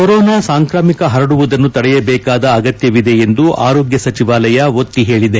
corona ಸಾಂಕ್ರಾಮಿಕ ಹರಡುವುದನ್ನು ತಡೆಯಬೇಕಾದ ಅಗತ್ಲವಿದೆ ಎಂದು ಆರೋಗ್ಲ ಸಚಿವಾಲಯ ಒತ್ತಿ ಹೇಳಿದೆ